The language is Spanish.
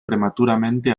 prematuramente